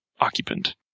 occupant